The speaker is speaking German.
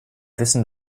wissen